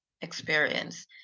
experience